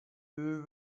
you